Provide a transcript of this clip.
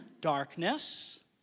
darkness